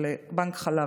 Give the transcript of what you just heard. של בנק חלב.